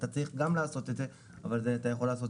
אתה צריך גם לעשות את זה אבל אתה יכול לעשות